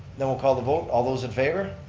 then we'll call the vote, all those in favor?